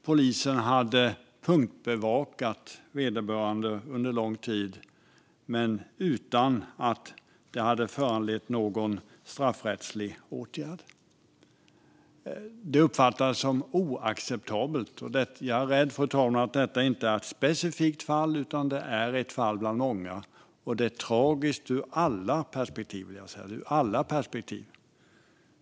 Polisen hade punktbevakat vederbörande under lång tid men utan att det hade föranlett någon straffrättslig åtgärd. Det uppfattades som oacceptabelt. Jag är rädd att detta inte är ett specifikt fall utan ett fall bland många. Det är tragiskt ur alla perspektiv.